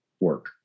work